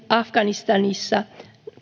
afganistanissa